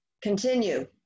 Continue